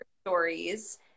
stories